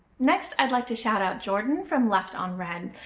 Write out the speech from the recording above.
next i'd like to shout out jourdyn from left on read.